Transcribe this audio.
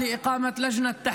שלוש דקות לרשותך,